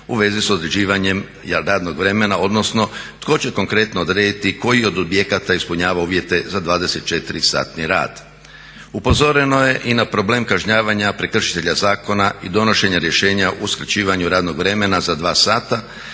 u vezi sa određivanjem radnog vremena odnosno tko će konkretno odrediti koji od objekata ispunjava uvjete za 24 satni rad. Upozoreno je i na problem kažnjavanja prekršitelja zakona i donošenja rješenja u skraćivanju radnog vremena za 2 sata